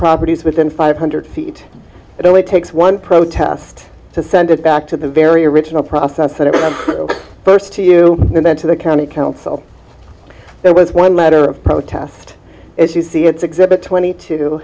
properties within five hundred feet it only takes one protest to send it back to the very original process when it was first to you and then to the county council there was one matter of protest if you see it's exhibit twenty